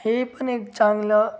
हे पण एक चांगलं